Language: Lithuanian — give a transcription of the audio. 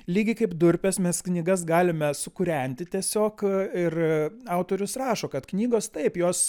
lygiai kaip durpes mes knygas galime sukūrenti tiesiog ir autorius rašo kad knygos taip jos